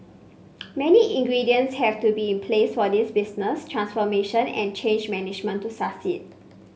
many ingredients have to be in place for this business transformation and change management to succeed